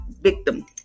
victim